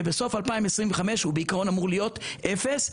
בסוף 2025 הוא בעיקרון אמור להיות אפס,